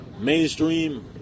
mainstream